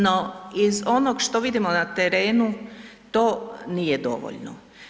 No, iz onog što vidimo na terenu to nije dovoljno.